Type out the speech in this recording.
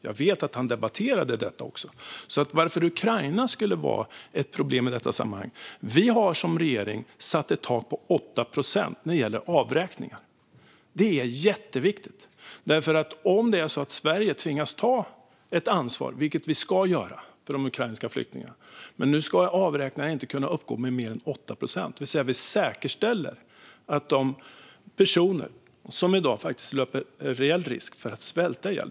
Jag vet att han debatterade detta, så varför Ukraina skulle vara ett problem i detta sammanhang förstår jag inte. Vi har som regering satt ett tak på 8 procent när det gäller avräkningar. Det är jätteviktigt därför att om det är så att Sverige tvingas ta ansvar, vilket vi ska göra, för de ukrainska flyktingarna ska avräkningarna inte kunna uppgå till mer än 8 procent. Det vill säga att vi säkerställer bistånd till personer som i dag löper reell risk att svälta ihjäl.